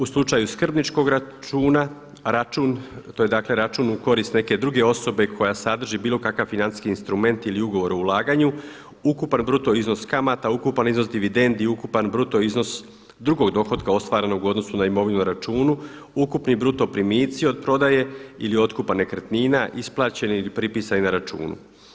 U slučaju skrbničkog računa, račun, to je dakle račun u korist neke druge osobe koja sadrži bilo kakav financijski instrument ili ugovor o ulaganju, ukupan bruto iznos kamata, ukupan iznos dividendi, ukupan bruto iznos drugog dohotka ostvarenog u odnosu na imovinu na računu, ukupni bruto primici od prodaje ili otkupa nekretnina, isplaćeni ili pripisani na računu.